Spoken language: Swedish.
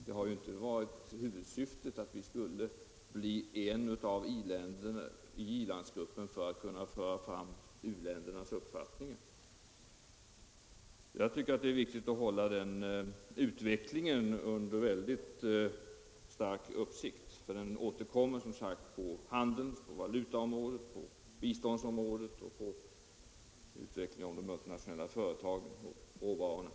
Det har inte varit huvudsyftet att vi skulle bli en i i-landsgruppen som kunde föra fram u-ländernas uppfattningar. Jag tycker att det är viktigt att hålla utvecklingen under stark uppsikt, för den återkommer på område efter område — inom handeln, på valutaområdet, på biståndsområdet och i fråga om de multinationella företagen och råvarorna.